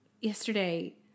yesterday